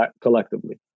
collectively